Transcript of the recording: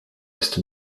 est